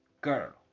Girl